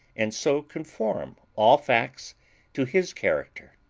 and so conform all facts to his character.